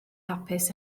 hapus